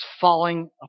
falling